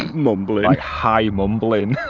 mumbling. like high mumbling